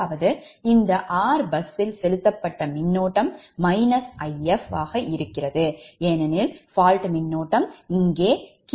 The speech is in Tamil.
அதாவது இந்த r பஸ்ஸில் செலுத்தப்பட்ட மின்னோட்டம் If இருக்கும் ஏனெனில் fault மின்னோட்டம் இங்கே இப்படி செல்கிறது